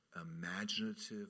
imaginative